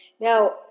Now